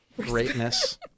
greatness